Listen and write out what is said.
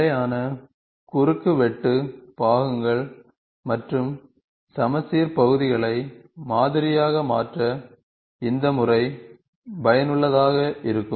நிலையான குறுக்கு வெட்டு பாகங்கள் மற்றும் சமச்சீர் பகுதிகளை மாதிரியாக மாற்ற இந்த முறை பயனுள்ளதாக இருக்கும்